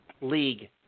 league